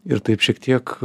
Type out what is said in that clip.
ir taip šiek tiek